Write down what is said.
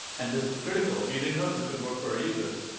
and this was critical. we didn't know if this would work for our users.